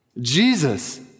Jesus